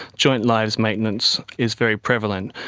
joint lives maintenance is very prevalent.